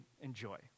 enjoy